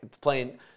playing